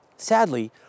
Sadly